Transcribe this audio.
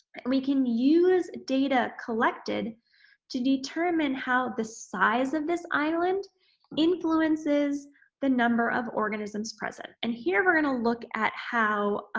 we can use data collected to determine how the size of this island influences the number of organisms present. and here, we're going to look at how